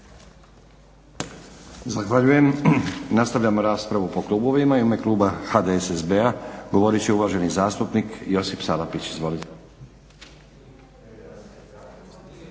Zahvaljujem. Nastavljamo raspravu po klubovima i u ime Kluba HDSSB-a govorit će uvaženi zastupnik Josip Salapić. Izvolite.